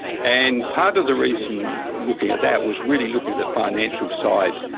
and part of the reason, looking at that, was really looking at the financial side.